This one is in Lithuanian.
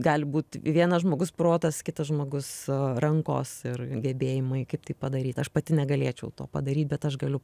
gali būt vienas žmogus protas kitas žmogus rankos ir gebėjimai kaip tai padaryt aš pati negalėčiau to padaryt bet aš galiu